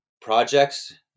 projects